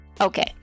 Okay